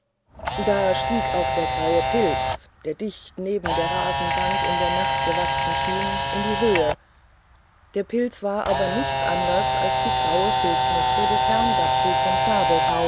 da stieg auch der graue pilz der dicht neben der rasenbank in der nacht gewachsen schien in die höhe der pilz war aber nichts anders als die graue filzmütze des herrn dapsul von